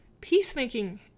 Peacemaking